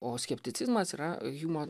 o skepticizmas yra hjumo